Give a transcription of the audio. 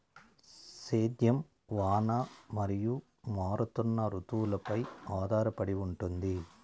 సేద్యం వాన మరియు మారుతున్న రుతువులపై ఆధారపడి ఉంటుంది